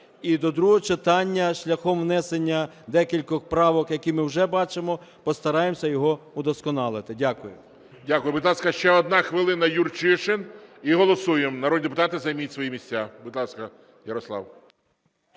І до другого читання, шляхом внесення декількох правок, які ми вже бачимо, постараємося його удосконалити. Дякую. ГОЛОВУЮЧИЙ. Дякую. Будь ласка, ще 1 хвилина – Юрчишин, і голосуємо. Народні депутати, займіть свої місця. Будь ласка, Ярослав.